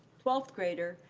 twelfth grader,